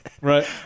Right